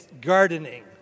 gardening